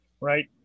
Right